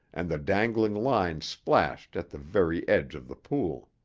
and the dangling line splashed at the very edge of the pool.